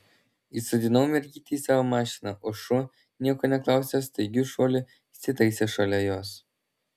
įsodinau mergytę į savo mašiną o šuo nieko neklausęs staigiu šuoliu įsitaisė šalia jos